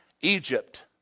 Egypt